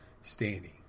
standing